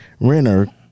Renner